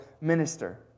minister